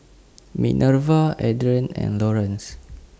Minerva Adrien and Lorenz